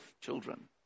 children